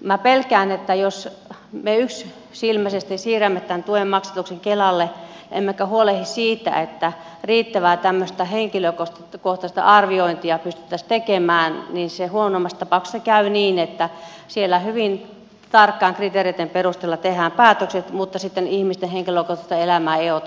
minä pelkään että jos me yksisilmäisesti siirrämme tämän tuen maksatuksen kelalle emmekä huolehdi siitä että riittävää tämmöistä henkilökohtaista arviointia pystyttäisiin tekemään niin huonoimmassa tapauksessa käy niin että siellä hyvin tarkkaan kriteereitten perusteella tehdään päätökset mutta sitten ihmisten henkilökohtaista elämää ei oteta huomioon